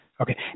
okay